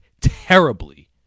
terribly